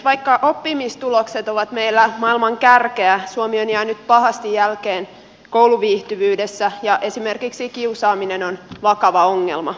vaikka oppimistulokset ovat meillä maailman kärkeä suomi on jäänyt pahasti jälkeen kouluviihtyvyydessä ja esimerkiksi kiusaaminen on vakava ongelma